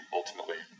ultimately